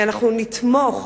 ואנחנו נתמוך